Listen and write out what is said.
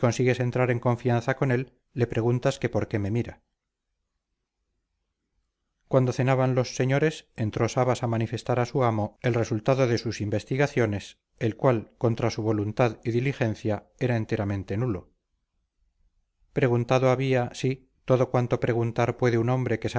consigues entrar en confianza con él le preguntas que por qué me mira cuando cenaban los señores entró sabas a manifestar a su amo el resultado de sus investigaciones el cual contra su voluntad y diligencia era enteramente nulo preguntado había sí todo cuanto preguntar puede un hombre que